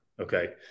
Okay